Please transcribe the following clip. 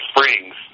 Springs